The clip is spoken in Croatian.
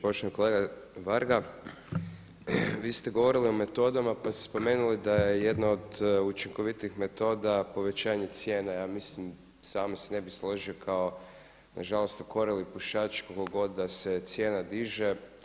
Poštovani kolega Varga, vi ste govorili o metodama pa ste spomenuli da je jedna od učinkovitijih metoda povećanje cijene ja mislim, sam se ne bih složio kao na žalost okorjeli pušač koliko god da se cijena diže.